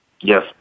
Yes